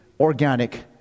organic